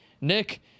Nick